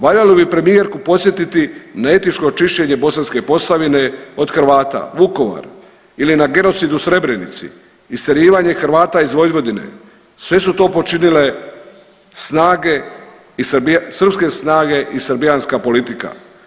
Valjalo bi premijerku podsjetiti na etničko čišćenje Bosanske Posavine od Hrvata, Vukovar ili na genocid u Srebrenici, istjerivanje Hrvata iz Vojvodine, sve su to počinile snage .../nerazumljivo/... srpske snage i srbijanska politika.